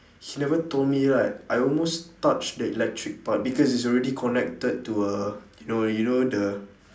he never told me right I almost touch the electric part because it's already connected to a you know you know the